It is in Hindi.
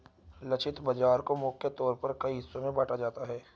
लक्षित बाजार को मुख्य तौर पर कई हिस्सों में बांटा जाता है